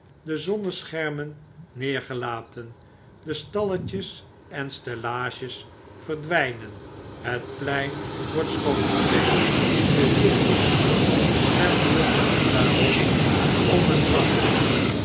de zonneschermen neergelaten de stalletjes en stellages verdwijnen net plein wordt schoongeveegd de huurkoetsen slenteren daar rond om een vrachtje